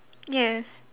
yes